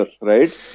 right